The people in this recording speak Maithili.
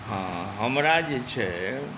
हँ हमरा जे छै